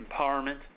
empowerment